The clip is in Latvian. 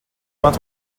pat